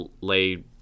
lay